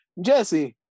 Jesse